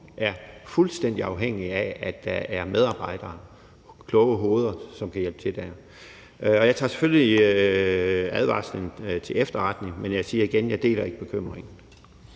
er fuldstændig afhængig af, at der er medarbejdere, kloge hoveder, som kan hjælpe til der. Og jeg tager selvfølgelig advarslen til efterretning, men jeg siger igen, at jeg ikke deler bekymringen.